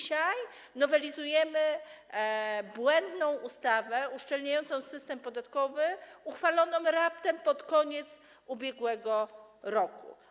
Dzisiaj nowelizujemy błędną ustawę uszczelniającą system podatkowy, uchwaloną raptem pod koniec ubiegłego roku.